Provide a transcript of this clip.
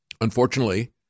Unfortunately